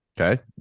okay